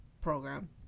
program